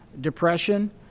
depression